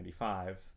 1995